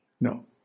No